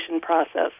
process